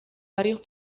varios